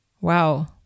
Wow